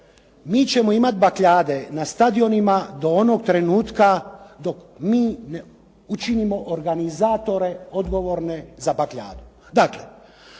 Mi ćemo imati bakljade na stadionima do onog trenutka dok mi ne učinimo organizatore odgovorne za bakljadu.